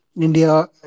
India